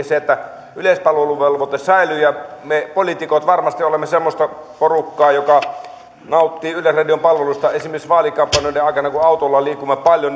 se että yleispalveluvelvoite säilyy ja me poliitikot varmasti olemme semmoista porukkaa joka nauttii yleisradion palveluista esimerkiksi vaalikampanjoiden aikana kun autolla liikumme paljon